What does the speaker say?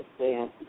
understand